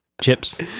chips